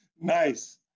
Nice